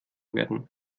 werden